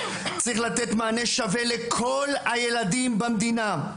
צריך לתת מענה שווה לכל הילדים במדינה.